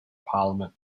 parliament